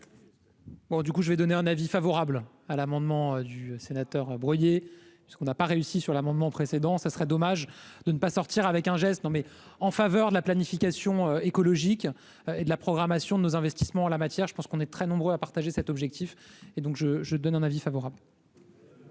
je vais donner un avis favorable à l'amendement du sénateur brouillé parce qu'on n'a pas réussi sur l'amendement précédent, ça serait dommage de ne pas sortir avec un geste non mais en faveur de la planification écologique et de la programmation de nos investissements en la matière, je pense qu'on est très nombreux à partager cet objectif et donc je je donne un avis favorable.